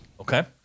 Okay